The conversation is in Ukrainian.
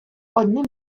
одним